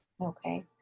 Okay